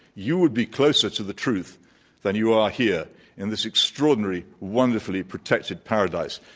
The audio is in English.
you would be closer to the truth than you are here in this extraordinary, wonderfully protected paradise.